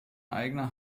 eigene